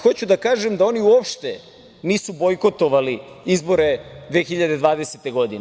Hoću da kažem da oni uopšte nisu bojkotovali izbore 2020. godine.